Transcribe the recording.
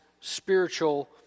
spiritual